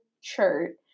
shirt